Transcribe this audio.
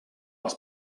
els